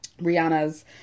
Rihanna's